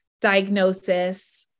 diagnosis